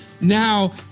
now